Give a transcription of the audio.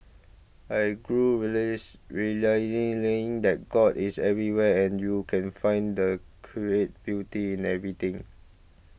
I grew release realising that God is everywhere and you can find and create beauty in everything